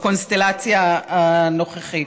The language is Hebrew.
בקונסטלציה הנוכחית.